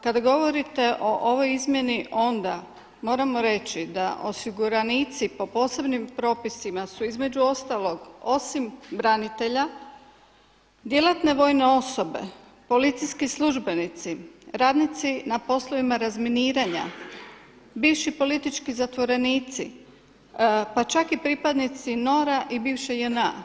Kada govorite o ovoj izmjeni onda moramo reći da osiguranici po posebnim propisima su između ostalog osim branitelja djelatne vojne osobe, policijski službenici, radnici na poslovima razminiranja, bivši politički zatvorenici, pa čak i pripadnici NOR-a i bivše JNA.